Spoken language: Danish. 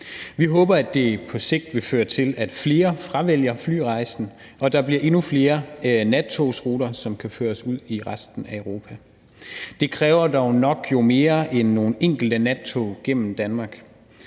Vi håber, at det på sigt vil føre til, at flere fravælger flyrejsen, og at der bliver endnu flere nattogsruter, som kan føre os ud i resten af Europa. Det kræver dog nok mere end nogle enkelte nattog gennem Danmark.